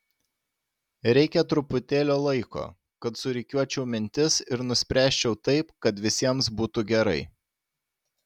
reikia truputėlio laiko kad surikiuočiau mintis ir nuspręsčiau taip kad visiems būtų gerai